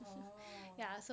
orh